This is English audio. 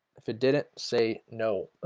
if it didn't say no